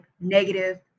negative